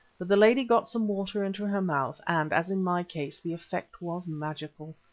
but the lady got some water into her mouth, and, as in my case, the effect was magical.